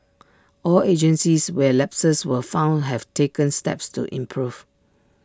all agencies where lapses were found have taken steps to improve